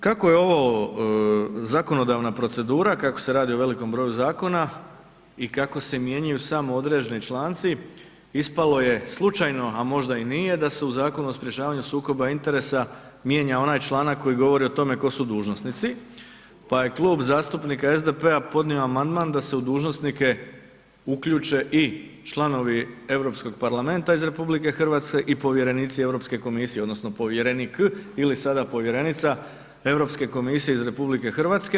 Kako je ovo zakonodavna procedura, kako se radi o velikom broju zakona i kako se mijenjaju samo određeni članci ispalo je slučajno, a možda i nije da se u Zakonu o sprječavanju sukoba interesa mijenja onaj članak koji govori o tome tko su dužnosnici, pa je Klub zastupnika SDP-a podnio amandman da se u dužnosnike uključe i članovi Europskog parlamenta iz RH i povjerenici Europske komisije odnosno povjerenik ili sada povjerenica Europske komisije iz RH.